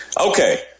Okay